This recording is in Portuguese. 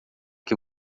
que